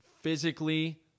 physically